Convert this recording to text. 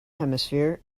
hemisphere